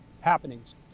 happenings